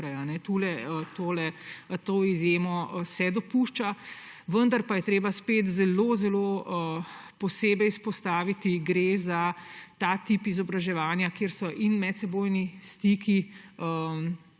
naprej. To izjemo se dopušča, vendar pa je treba spet zelo zelo izpostaviti, da gre za ta tip izobraževanja, kjer so medsebojni stiki